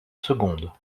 secondes